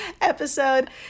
episode